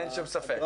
אין שום ספק.